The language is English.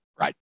Right